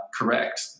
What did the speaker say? correct